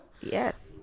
yes